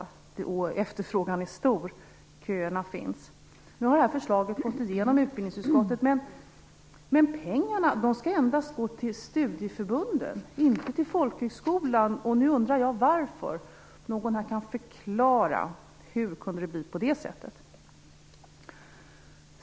Efterfrågan är ju också stor och köer finns. Förslaget har gått igenom utbildningsutskottet men pengarna skall endast gå till studieförbunden, inte till folkhögskolorna. Jag undrar varför det blev så. Det vore bra om någon kunde förklara det.